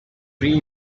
pre